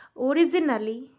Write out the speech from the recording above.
Originally